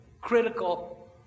Critical